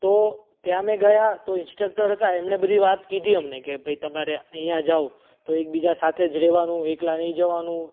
તો ત્યાં અમે ગયા તો ઇન્સ્ટક્ટર હતા એમણે બધી વાત કીધી અમને કે તમારે અહીંયા જાવ તો એકબીજા સાથે જ રહેવાનું એકલા નહીં જવાનું